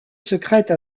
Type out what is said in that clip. secrète